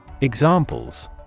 Examples